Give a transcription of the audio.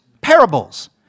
Parables